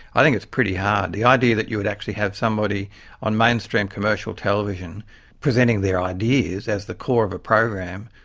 i think it's pretty hard. the idea that you would actually have somebody on mainstream commercial television presenting their ideas as the core of a program,